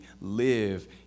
live